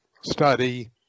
study